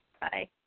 Bye